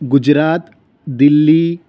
Gujarat Delhi